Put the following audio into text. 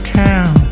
town